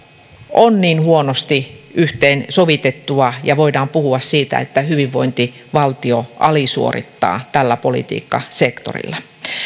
on niin huonosti yhteensovitettua ja voidaan puhua siitä että hyvinvointivaltio alisuorittaa tällä politiikkasektorilla